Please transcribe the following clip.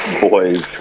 boys